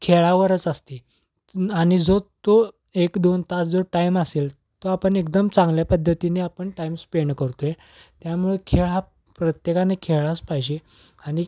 खेळावरच असते आणि जो तो एक दोन तास जो टाईम असेल तो आपण एकदम चांगल्या पद्धतीने आपण टाईम स्पेंड करतोय त्यामुळे खेळ हा प्रत्येकाने खेळलाच पाहिजे आणि